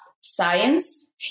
science